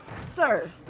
sir